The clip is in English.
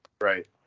right